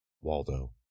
Waldo